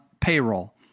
payroll